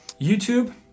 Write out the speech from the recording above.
YouTube